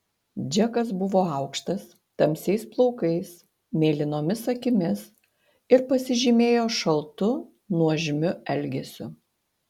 džekas buvo aukštas tamsiais plaukais mėlynomis akimis ir pasižymėjo šaltu nuožmiu elgesiu